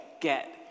get